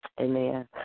Amen